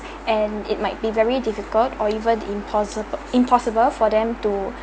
and it might be very difficult or even impossib~ impossible for them to